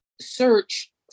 search